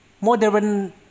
modern